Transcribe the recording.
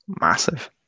Massive